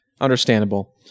understandable